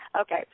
Okay